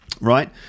right